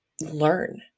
learn